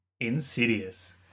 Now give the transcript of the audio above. Insidious